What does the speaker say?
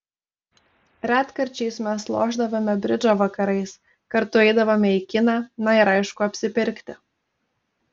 retkarčiais mes lošdavome bridžą vakarais kartu eidavome į kiną na ir aišku apsipirkti